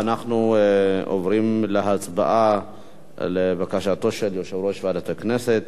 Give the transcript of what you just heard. אנחנו עוברים להצבעה על בקשתו של יושב-ראש ועדת הכנסת